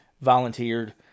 volunteered